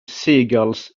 seagulls